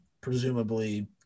presumably